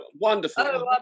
Wonderful